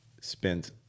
spent